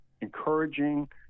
encouraging